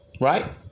Right